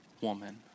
woman